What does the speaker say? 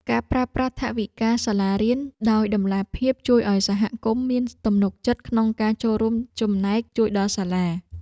ការប្រើប្រាស់ថវិកាសាលារៀនដោយតម្លាភាពជួយឱ្យសហគមន៍មានទំនុកចិត្តក្នុងការចូលរួមចំណែកជួយដល់សាលា។